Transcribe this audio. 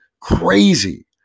crazy